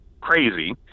crazy